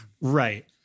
Right